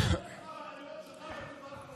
אחרי מה שהם עשו פה?